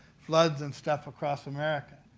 floods and stuff across america.